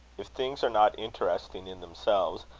if things are not interesting in themselves,